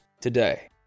today